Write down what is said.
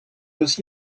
aussi